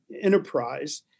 enterprise